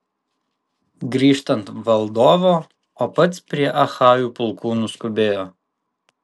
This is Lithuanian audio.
grįžtant valdovo o pats prie achajų pulkų nuskubėjo